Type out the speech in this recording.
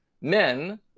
Men